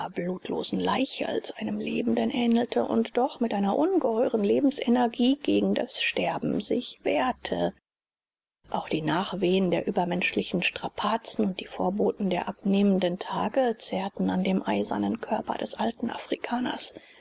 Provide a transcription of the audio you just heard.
blutlosen leiche als einem lebenden ähnelte und doch mit einer ungeheuren lebensenergie gegen das sterben sich wehrte auch die nachwehen der übermenschlichen strapazen und die vorboten der abnehmenden tage zehrten an dem eisernen körper des alten afrikaners